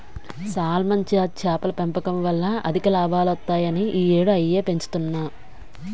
salmon జాతి చేపల పెంపకం వల్ల అధిక లాభాలొత్తాయని ఈ యేడూ అయ్యే పెంచుతన్ను